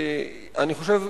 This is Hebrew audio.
אני חושב,